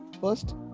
first